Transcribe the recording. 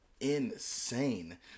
Insane